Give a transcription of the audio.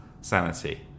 sanity